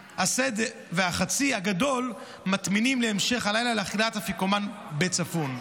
ואת החצי הגדול מטמינים להמשך הלילה לאכילת אפיקומן ב'צפון'".